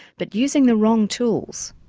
but using the wrong tools.